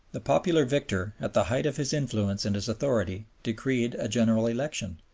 the popular victor, at the height of his influence and his authority, decreed a general election.